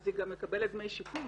היא גם מקבלת דמי שיקום,